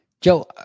joe